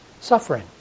suffering